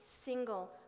single